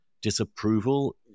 disapproval